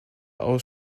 aus